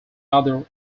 other